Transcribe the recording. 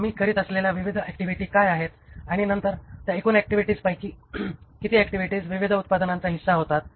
आम्ही करीत असलेल्या विविध ऍक्टिव्हिटी काय आहेत आणि नंतर त्या एकूण ऍक्टिव्हिटीज पैकी किती ऍक्टिव्हिटीज विविध उत्पादनांचा हिस्सा होतात